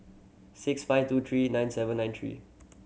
six five two three nine seven nine three